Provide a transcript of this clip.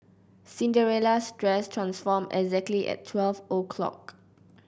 Cinderella's dress transformed exactly at twelve o'clock